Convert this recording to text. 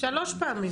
שלוש פעמים.